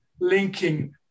linking